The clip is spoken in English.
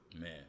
Man